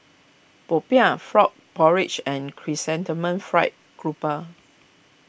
Popiah Frog Porridge and Chrysanthemum Fried Grouper